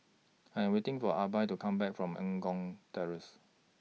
I Am waiting For Arba to Come Back from Eng Kong Terrace